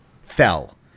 fell